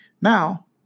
Now